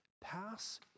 pass